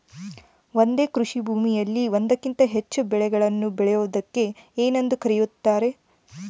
ಒಂದೇ ಕೃಷಿಭೂಮಿಯಲ್ಲಿ ಒಂದಕ್ಕಿಂತ ಹೆಚ್ಚು ಬೆಳೆಗಳನ್ನು ಬೆಳೆಯುವುದಕ್ಕೆ ಏನೆಂದು ಕರೆಯುತ್ತಾರೆ?